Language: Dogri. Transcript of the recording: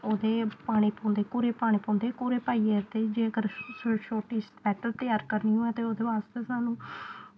ओह्दे पाने पौंदे घुरे पाने पौंदे घूरे पाइयै ते जेकर छोटी स्वैट्टर त्यार करनी होऐ ते ओह्दे बास्तै सानूं